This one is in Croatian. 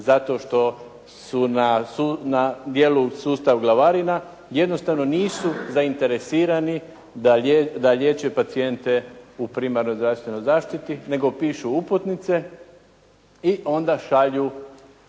zato što su na djelu sustav glavarina, jednostavno nisu zainteresirani da liječe pacijente u primarnoj zdravstvenoj zaštiti, nego pišu uputnice i onda šalju